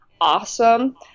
awesome